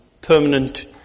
permanent